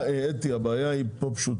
אתי, הבעיה כאן היא פשוטה.